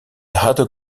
had